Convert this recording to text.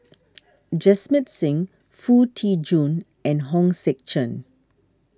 Jamit Singh Foo Tee Jun and Hong Sek Chern